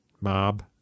mob